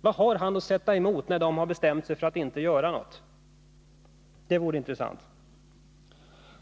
Vad har industriministern att sätta emot, när ASEA har bestämt sig för att inte göra någonting? Det vore intressant att få veta